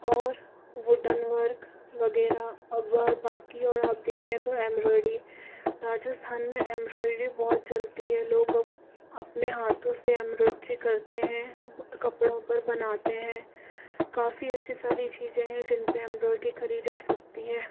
और wooden work वगैरह अब वह बाकी और आप देखें तो एम्ब्रॉयडी राजस्थान में एम्ब्रॉयडी बहुत चलती है लोग अब अपने हाथों से एंब्रॉयड्री करते हैं व कपड़ों पर बनाते हैं काफी ऐसी सारी चीजें हैं जिन पर एंब्रॉयड्री करी जा सकती है